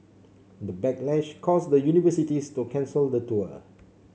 the backlash caused the universities to cancel the tour